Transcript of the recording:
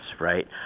right